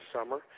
summer